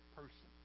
person